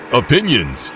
opinions